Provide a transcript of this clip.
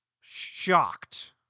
shocked